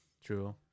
True